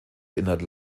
erinnert